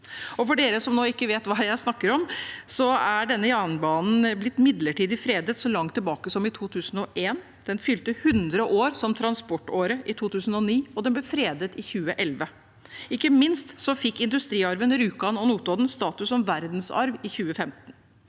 For dere som nå ikke vet hva jeg snakker om: Denne jernbanen ble midlertidig fredet så langt tilbake som i 2001, den fylte 100 år som transportåre i 2009, og den ble fredet i 2011. Ikke minst fikk Rjukan–Notodden industriarv status som verdensarv i 2015,